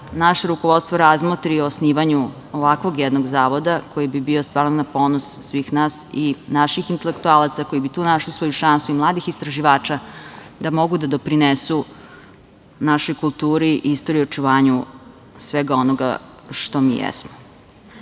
naše rukovodstvo razmotri osnivanje ovakvog jednog zavoda koji bi bio stvarno na ponos svih nas i naših intelektualaca koji bi tu našli svoju šansu i mladih istraživača da mogu da doprinesu našoj kulturi i istoriji i očuvanju svega onoga što mi jesmo.